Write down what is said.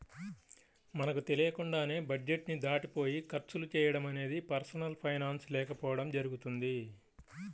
మనకు తెలియకుండానే బడ్జెట్ ని దాటిపోయి ఖర్చులు చేయడం అనేది పర్సనల్ ఫైనాన్స్ లేకపోవడం జరుగుతుంది